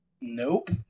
Nope